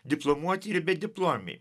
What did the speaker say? diplomuoti ir bediplomiai